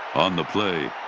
on the play,